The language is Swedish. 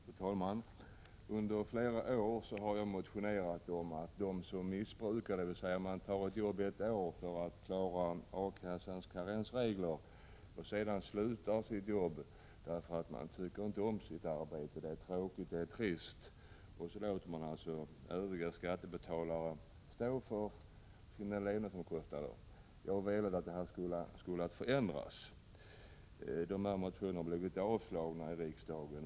Fru talman! Under flera år har jag motionerat om en förändring av A-kassornas utbetalningsregler när det gäller dem som missbrukar systemet. Det gäller alltså dem som tar ett jobb ett år för att klara A-kassans karensregler och sedan slutar därför att de inte tycker om arbetet utan betraktar det som tråkigt och trist. Man låter således övriga skattebetalare stå för levnadsomkostnaderna. Motionerna har dock avslagits av riksdagen.